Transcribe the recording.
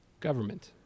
government